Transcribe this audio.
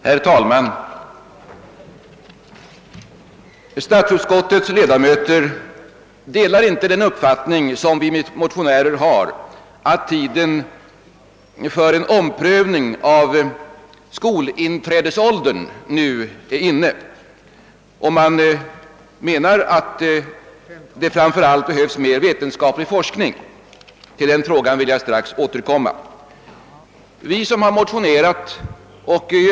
Herr talman! Statsutskottets majoritet har inte delat den uppfattning som motionärerna har, att tiden för en omprövning av skolinträdesåldern nu är inne. "Utskottet skriver att det framför allt behövs mera vetenskaplig forskning. Jag skall strax återkomma till den frågan.